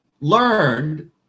learned